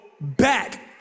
back